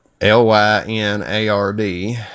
L-Y-N-A-R-D